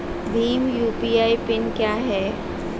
Bhim UPI PIN क्या है?